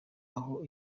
aho